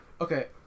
Okay